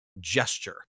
gesture